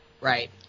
Right